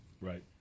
right